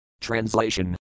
Translation